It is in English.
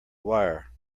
wire